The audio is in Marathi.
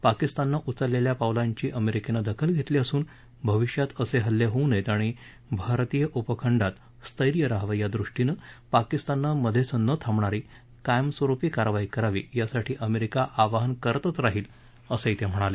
पाकिस्ताननं उचलेल्या पावलांची अमेरिकेनं दखल घेतली असून भविष्यात असे हल्ले होऊ नयेत आणि भारतीय उपखंडात स्थेय रहावं यादृष्टीनं पाकिस्ताननं मधेच न थांबणारी कायमस्वरुपी कारवाई करावी यासाठी अमेरिका आवाहन करतच राहील असं ते म्हणाले